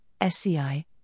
SCI